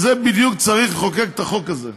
צריך לחוקק את החוק הזה.